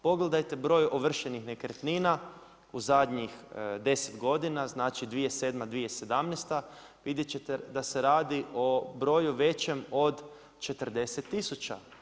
Pogledajte broj ovršenih nekretnina, u zadnjih 10 godina, znači 2007.-2017., vidjet ćete da se radi o broju većem od 40 tisuća.